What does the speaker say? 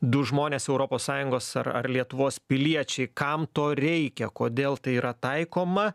du žmonės europos sąjungos ar ar lietuvos piliečiai kam to reikia kodėl tai yra taikoma